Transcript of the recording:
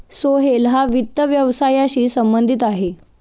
सोहेल हा वित्त व्यवसायाशी संबंधित आहे